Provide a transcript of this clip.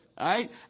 Right